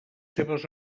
seves